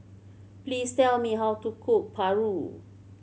please tell me how to cook paru